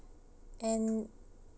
and